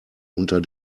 unter